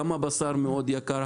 גם הבשר מאוד יקר,